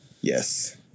Yes